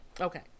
Okay